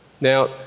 Now